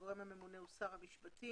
הגורם הממונה הוא שר המשפטים.